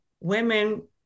women